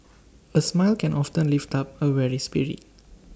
A smile can often lift up A weary spirit